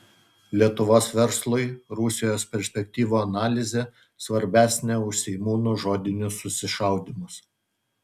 lietuvos verslui rusijos perspektyvų analizė svarbesnė už seimūnų žodinius susišaudymus